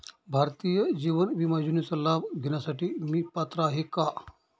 भारतीय जीवन विमा योजनेचा लाभ घेण्यासाठी मी पात्र आहे का?